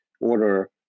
order